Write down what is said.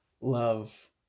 love